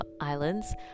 islands